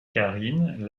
karine